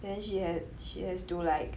then she has she has to like